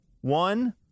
One